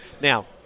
now